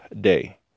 day